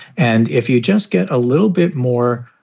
and if you just get a little bit more,